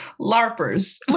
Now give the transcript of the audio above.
Larpers